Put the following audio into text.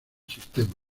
sistema